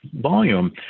volume